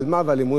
על לימוד התורה.